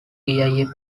via